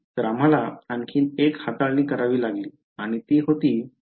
तर आम्हाला आणखी एक हाताळणी करावी लागली आणि ती होती